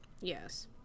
Yes